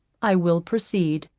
i will proceed.